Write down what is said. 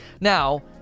Now